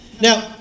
Now